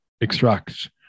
extract